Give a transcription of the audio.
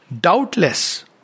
doubtless